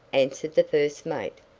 answered the first mate.